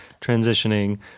transitioning